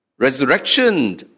Resurrection